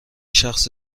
شخص